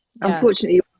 unfortunately